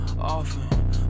Often